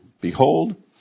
Behold